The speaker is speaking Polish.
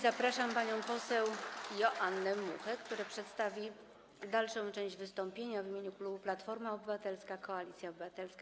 Zapraszam panią poseł Joannę Muchę, która przedstawi dalszą część wystąpienia w imieniu klubu Platforma Obywatelska - Koalicja Obywatelska.